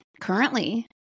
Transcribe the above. currently